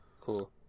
Cool